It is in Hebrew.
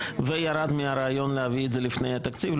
וירד מהרעיון להביא את זה לפני התקציב,